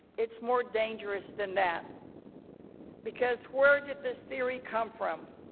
it's more dangerous than that because where did this theory come from?